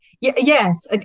yes